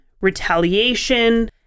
retaliation